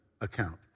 account